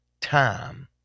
time